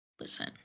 Listen